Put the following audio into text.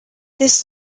this